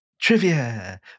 Trivia